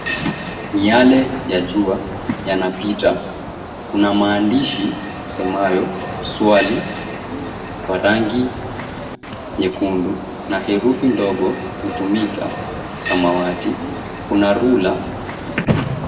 Miale ya jua yanapita, kuna maandishi yasemayo, Swali, kwa rangi nyekundu na herufi ndogo hutumika samawati, kuna ruler .